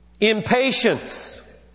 impatience